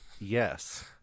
Yes